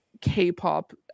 K-pop